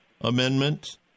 Amendment